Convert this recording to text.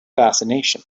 fascination